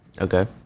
Okay